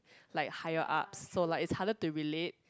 like higher ups so like it is harder to relate